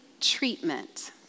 treatment